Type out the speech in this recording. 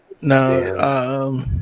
no